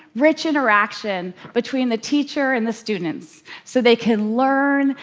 rich interaction between the teacher and the students so they can learn,